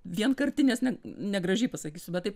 vienkartinės net negražiai pasakysiu bet taip